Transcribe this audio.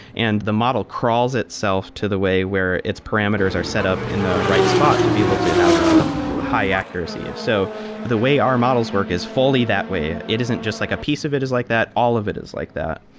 and the model crawls itself to the way where its parameters are set up in the right spot to be able to have a high accuracy. so the way our models work is fully that way. it isn't just like a piece of it is like that. all of it is like that.